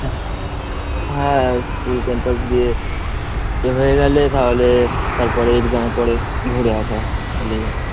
হ্যাঁ school campus দিয়ে এ হয়ে গেলে তাহলে তারপরে এক্সামে পরে ঘুরে আসালে যাবে